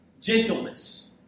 gentleness